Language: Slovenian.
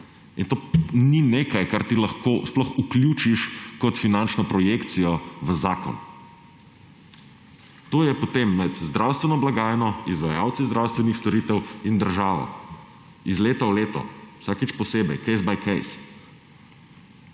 To ni nekaj, kar ti lahko sploh vključiš kot finančno projekcijo v zakon. To je potem med zdravstveno blagajno, izvajalci zdravstvenih storitev in državo iz leta v leto, vsakič posebej, case by case.